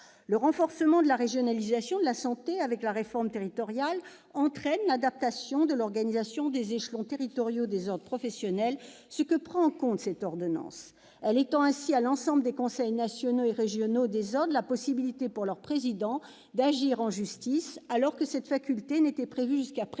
Le renforcement de la régionalisation de la santé, avec la réforme territoriale, entraîne l'adaptation de l'organisation des échelons territoriaux des ordres professionnels, ce que prend en compte cette ordonnance. Elle étend ainsi à l'ensemble des conseils nationaux et régionaux des ordres la possibilité pour leur président d'agir en justice, alors que cette faculté était prévue jusqu'à présent